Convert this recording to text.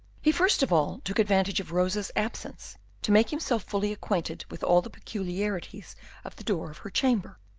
he first of all took advantage of rosa's absence to make himself fully acquainted with all the peculiarities of the door of her chamber.